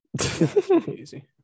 Easy